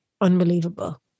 unbelievable